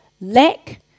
lack